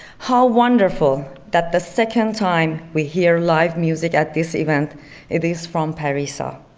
how wonderful that the second time we hear live music at this event it is from parissa,